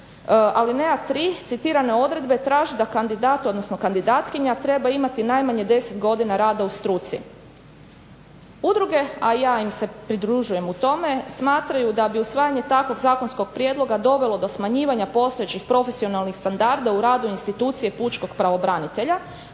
alineja 3 citirane odredbe traži da kandidat odnosno kandidatkinja treba imati najmanje 10 godina rada u struci. Udruge, a i ja im se pridružujem u tome, smatraju da bi usvajanje takvog zakonskog prijedloga dovelo do smanjivanja postojećih profesionalnih standarda u radu institucije pučkog pravobranitelja